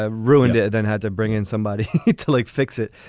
ah ruined. it then had to bring in somebody to, like, fix it.